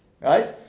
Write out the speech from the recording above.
right